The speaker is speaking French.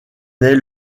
est